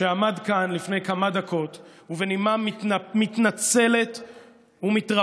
שעמד כאן לפני כמה דקות ובנימה מתנצלת ומתרפסת,